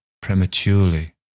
prematurely